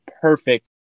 perfect